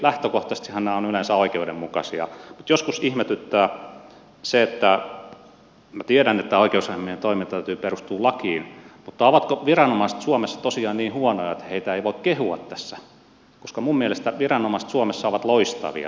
lähtökohtaisestihan nämä ovat yleensä oikeudenmukaisia mutta joskus ihmetyttää se minä tiedän että oikeusasiamiehen toiminnan täytyy perustua lakiin ovatko viranomaiset suomessa tosiaan niin huonoja että heitä ei voi kehua tässä koska minun mielestäni viranomaiset suomessa ovat loistavia